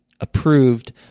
approved